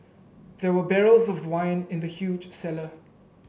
there were barrels of wine in the huge cellar